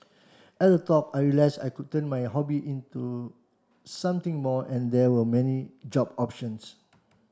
at the talk I realised I could turn my hobby into something more and there were many job options